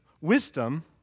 wisdom